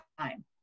time